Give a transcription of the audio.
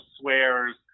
swears